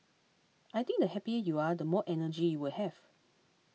I think the happier you are the more energy you will have